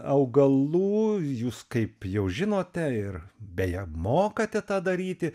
augalų jūs kaip jau žinote ir beje mokate tą daryti